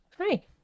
hi